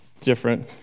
different